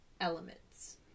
elements